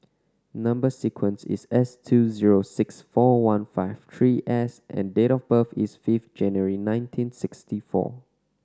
number sequence is S two zero six four one five three S and date of birth is fifth January nineteen sixty four